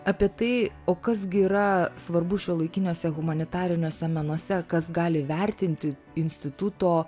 apie tai o kas gi yra svarbu šiuolaikiniuose humanitariniuose menuose kas gali vertinti instituto